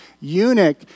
eunuch